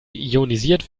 ionisiert